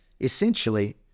essentially